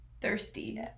thirsty